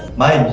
my